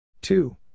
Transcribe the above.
Two